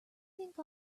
think